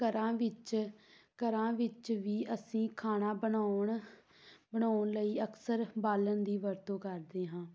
ਘਰਾਂ ਵਿੱਚ ਘਰਾਂ ਵਿੱਚ ਵੀ ਅਸੀਂ ਖਾਣਾ ਬਣਾਉਣ ਬਣਾਉਣ ਲਈ ਅਕਸਰ ਬਾਲਣ ਦੀ ਵਰਤੋਂ ਕਰਦੇ ਹਾਂ